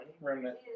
Remnant